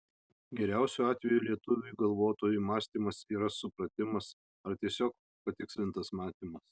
geriausiu atveju lietuviui galvotojui mąstymas yra supratimas ar tiesiog patikslintas matymas